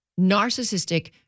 narcissistic